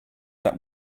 that